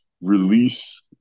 release